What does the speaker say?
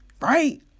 Right